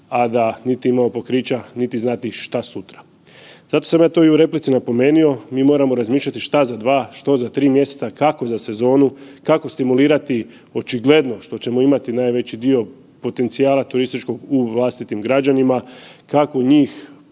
a da niti imamo pokrića niti znati šta sutra. Zato sam ja to i u replici napomenuo, mi moramo razmišljati šta za 2, što za 3 mjeseca, kako za sezonu, kako stimulirati očigledno što ćemo imati najveći dio potencijala turističkog u vlastitim građanima, kako njih